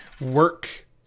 work